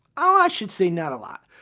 ah i should say not a lot.